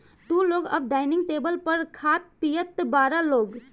तू लोग अब डाइनिंग टेबल पर खात पियत बारा लोग